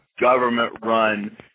government-run